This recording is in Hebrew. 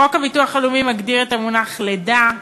חוק הביטוח הלאומי מגדיר את המונח לידה,